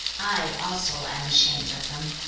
i also am ashamed of them.